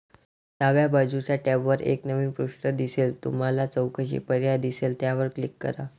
डाव्या बाजूच्या टॅबवर एक नवीन पृष्ठ दिसेल तुम्हाला चौकशी पर्याय दिसेल त्यावर क्लिक करा